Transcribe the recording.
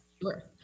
Sure